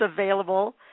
available